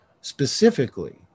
specifically